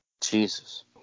Jesus